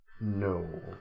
No